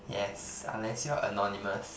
yes unless you are anonymous